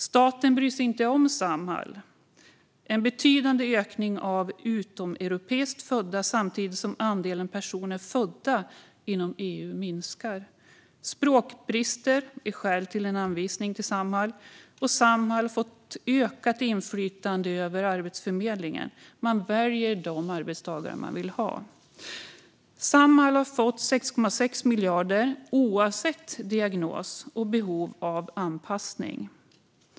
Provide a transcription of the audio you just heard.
Staten bryr sig inte om Samhall. Det är en betydande ökning av utomeuropeiskt födda samtidigt som andelen personer födda inom EU minskar. Språkbrister kan vara skäl till en anvisning till Samhall. Samhall har fått ökat inflytande över Arbetsförmedlingen. Man väljer de arbetstagare man vill ha. Samhall har fått 6,6 miljarder oavsett diagnos och behov av anpassning.